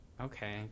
okay